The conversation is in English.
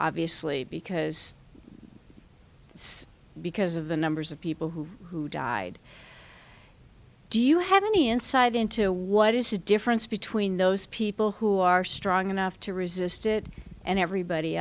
obviously because it's because of the numbers of people who died do you have any insight into what is the difference between those people who are strong enough to resist it and everybody